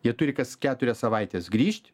jie turi kas keturias savaites grįžt